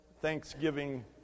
Thanksgiving